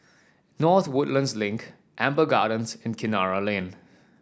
North Woodlands Link Amber Gardens and Kinara Lane